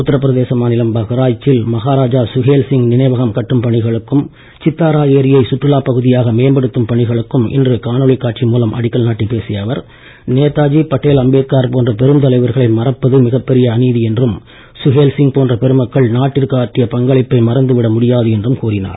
உத்தரபிரதேச மாநிலம் பஹ்ராய்ச்சில் மகாராஜா சுஹேல் சிங் நினைவகம் கட்டும் பணிகளுக்கும் சித்தாரா ஏரியை சுற்றுலாப் பகுதியாக மேம்படுத்தும் பணிகளுக்கும் இன்று காணொளி காட்சி மூலம் அடிக்கல் நாட்டி பேசிய அவர் நேதாஜி பட்டேல் அம்பேத்கர் போன்ற பெருந்தலைவர்களை மறப்பது மிகப் பெரிய அநீதி என்றும் சுஹேல்சிங் போன்ற பெருமக்கள் நாட்டிற்கு ஆற்றிய பங்களிப்பை மறந்து விட முடியாது என்றும் கூறினார்